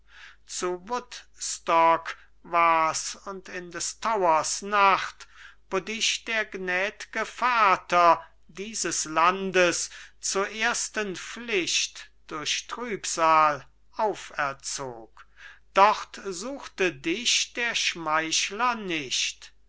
zu woodstock war's und in des towers nacht wo dich der gnäd'ge vater dieses landes zur ersten pflicht durch trübsal auferzog dort suchte dich der schmeichler nicht